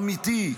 אמיתי,